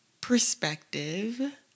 perspective